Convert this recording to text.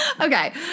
Okay